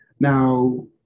Now